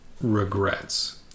regrets